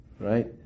Right